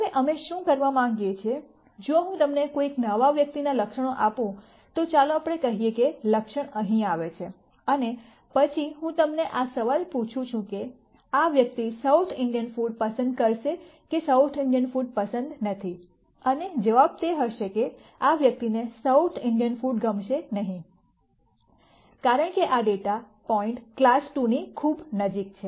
હવે અમે શું કરવા માંગીએ છીએ જો હું તમને કોઈ નવા વ્યક્તિના લક્ષણો આપું તો ચાલો આપણે કહીએ કે લક્ષણ અહીં આવે છે અને પછી હું તમને આ સવાલ પૂછું છું કે આ વ્યક્તિ સાઉથ ઇન્ડિયન ફૂડ પસંદ કરશે કે સાઉથ ઇન્ડિયન ફૂડ પસંદ નથી અને જવાબ તે હશે કે આ વ્યક્તિને સાઉથ ઇન્ડિયન ફૂડ ગમશે નહીં કારણ કે આ ડેટા પોઇન્ટ ક્લાસ 2 ની ખૂબ નજીક છે